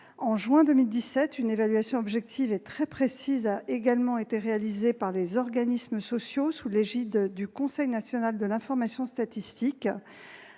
En juin 2017, une évaluation objective et très précise a également été réalisée par les organismes sociaux sous l'égide du Conseil national de l'information statistique.